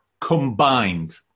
combined